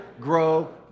grow